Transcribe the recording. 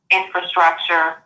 infrastructure